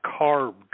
carb